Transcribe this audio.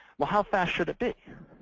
well, how fast should it be?